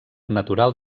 natural